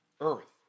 earth